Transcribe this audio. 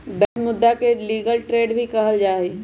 वैध मुदा के लीगल टेंडर भी कहल जाहई